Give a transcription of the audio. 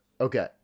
Okay